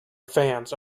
fans